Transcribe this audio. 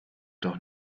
doch